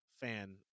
fan